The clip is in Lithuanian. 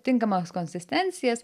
tinkamos konsistencijas